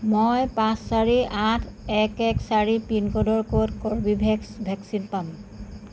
মই পাঁচ চাৰি আঠ এক এক চাৰি পিনক'ডৰ ক'ত কৰ্বীভেক্স ভেকচিন পাম